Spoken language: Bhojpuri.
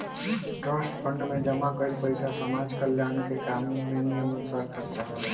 ट्रस्ट फंड में जमा कईल पइसा समाज कल्याण के काम में नियमानुसार खर्चा होला